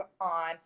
on